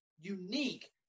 unique